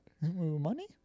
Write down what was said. Money